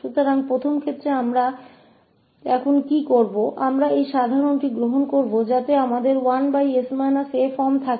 तो अब हम पहले मामले में क्या करेंगे हम इसे सामान्य लेंगे ताकि हमारे पास 1s a फॉर्म हो